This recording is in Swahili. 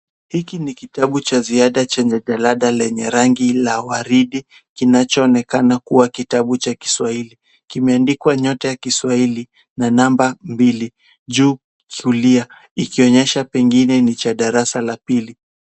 Hiki ni kitabu cha ziada chenye jalada lenye rangi la waridi kinachoonekana kuwa kitabu cha kiswahili. Kimeandikwa nyota ya kiswahili na namba mbili. Juu zulia ikionyesha pengine ni cha darasa la pili.